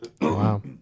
Wow